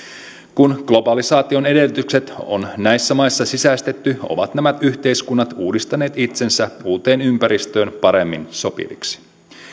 kun globalisaation edellytykset on näissä maissa sisäistetty ovat nämä yhteiskunnat uudistaneet itsensä uuteen ympäristöön paremmin sopiviksi